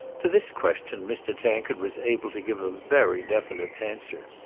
to this question mr. tankard was able to give a very definite answer.